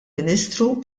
ministru